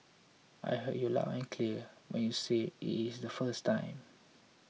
I heard you loud and clear when you said it is the first time